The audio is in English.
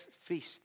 feast